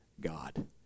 God